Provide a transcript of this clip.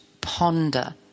ponder